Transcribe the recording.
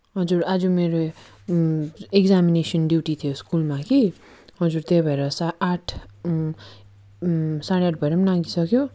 हजुर आज मेरो यो एक्जामिनेसन ड्युटी थियो स्कुलमा कि हजुर त्यही भएर सा आठ साँढे आठ भएर पनि नाघिसक्यो